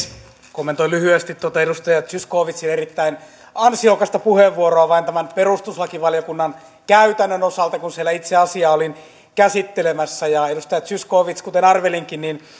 kommentoin lyhyesti tuota edustaja zyskowiczin erittäin ansiokasta puheenvuoroa vain tämän perustuslakivaliokunnan käytännön osalta kun siellä itse olin asiaa käsittelemässä edustaja zyskowicz kuten arvelinkin